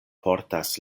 portas